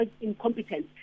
incompetence